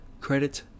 credit